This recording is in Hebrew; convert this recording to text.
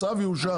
הצו יאושר,